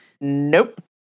Nope